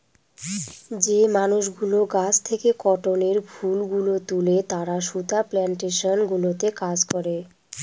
যে মানুষগুলো গাছ থেকে কটনের ফুল গুলো তুলে তারা সুতা প্লানটেশন গুলোতে কাজ করে